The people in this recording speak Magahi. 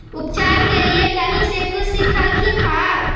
उपचार के लीये कहीं से कुछ सिखलखिन हा?